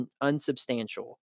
unsubstantial